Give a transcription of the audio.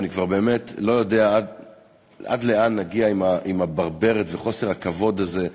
אני כבר באמת לא יודע עד לאן נגיע עם הברברת וחוסר הכבוד הזה,